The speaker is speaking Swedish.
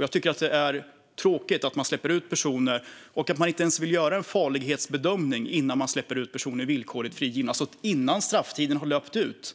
Jag tycker att det är tråkigt att man inte ens vill göra en farlighetsbedömning innan man släpper ut personer på villkorlig frigivning, alltså att man innan strafftiden har löpt ut